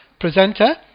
presenter